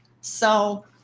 So-